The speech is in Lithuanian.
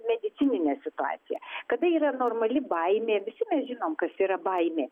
medicininė situacija kada yra normali baimė visi žinom kas yra baimė